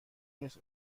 نیست